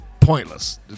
pointless